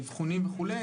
אבחונים וכו',